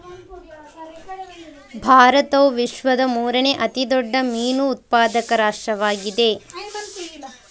ಭಾರತವು ವಿಶ್ವದ ಮೂರನೇ ಅತಿ ದೊಡ್ಡ ಮೀನು ಉತ್ಪಾದಕ ರಾಷ್ಟ್ರವಾಗಿದೆ